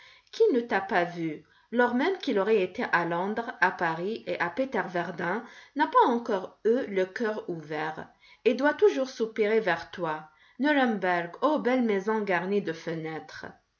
qui ne t'a pas vue lors même qu'il aurait été à londres à paris et à petervardein n'a pas encore eu le cœur ouvert et doit toujours soupirer vers toi nuremberg aux belles maisons garnies de fenêtres